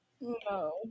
no